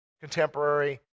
contemporary